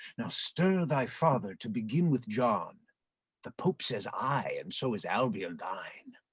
now stir thy father to begin with john the pope says aye, and so is albion thine.